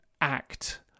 act